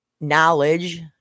knowledge